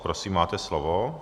Prosím, máte slovo.